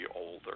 older